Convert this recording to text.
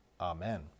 Amen